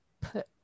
put